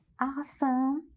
awesome